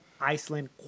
Iceland